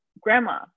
Grandma